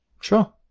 Sure